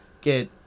get